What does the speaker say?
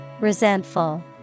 Resentful